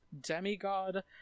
demigod